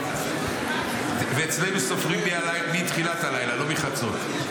אצלנו סופרים מתחילת הלילה, לא מחצות.